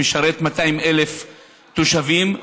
שמשרת 200,000 תושבים.